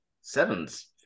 Seven's